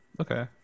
okay